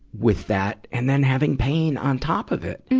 with that. and then, having pain on top of it.